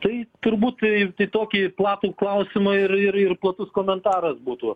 tai turbūt tai tokį platų klausimą ir ir platus komentaras būtų